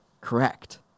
correct